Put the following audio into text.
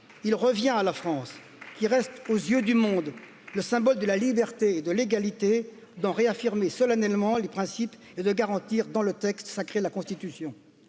vient à la france qui reste aux yeux du monde le symbole de la liberté et de l'égalité d'en réaffirmer solennellement les principes et de garantir dans le texte sacré la constitution